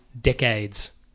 decades